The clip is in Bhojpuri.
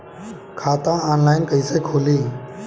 खाता ऑनलाइन कइसे खुली?